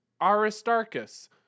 Aristarchus